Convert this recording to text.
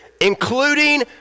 including